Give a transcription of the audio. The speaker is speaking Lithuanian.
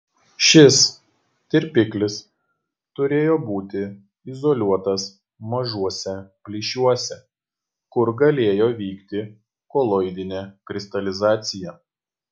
šis tirpiklis turėjo būti izoliuotas mažuose plyšiuose kur galėjo vykti koloidinė kristalizacija